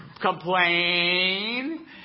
complain